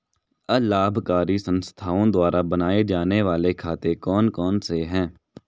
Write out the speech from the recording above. अलाभकारी संस्थाओं द्वारा बनाए जाने वाले खाते कौन कौनसे हैं?